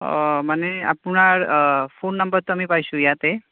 অ মানে আপোনাৰ ফোন নাম্বাৰটো আমি পাইছোঁ ইয়াতে